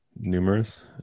numerous